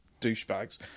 douchebags